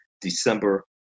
December